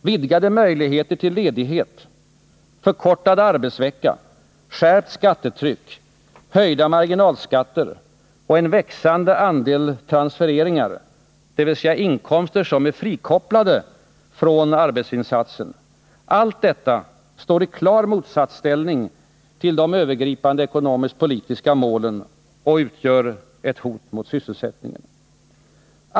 Vidgade möjligheter till ledighet, förkortad arbetsvecka, skärpt skattetryck, höjda marginalskatter och en växande andel transfereringar — dvs. inkomster som är frikopplade från arbetsinsatsen — allt detta står i klar motsatsställning till de övergripande ekonomiskt-politiska målen och utgör hot mot sysselsättningen.